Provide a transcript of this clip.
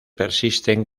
persisten